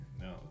No